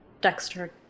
Dexter